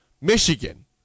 Michigan